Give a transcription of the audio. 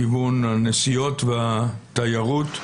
מכיוון הנסיעות והתיירות.